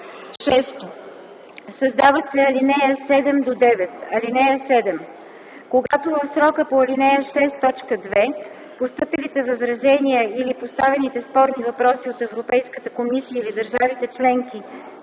6. Създават се ал. 7-9: „(7) Когато в срока по ал. 6, т. 2 постъпилите възражения или поставените спорни въпроси от Европейската комисия или държавите членки